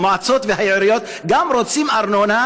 המועצות והעיריות גם רוצות ארנונה